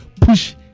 push